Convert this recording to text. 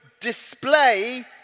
display